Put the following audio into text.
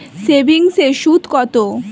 সেভিংসে সুদ কত?